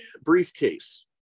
briefcase